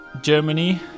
Germany